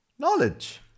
Knowledge